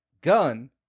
gun